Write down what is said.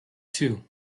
two